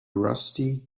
rusty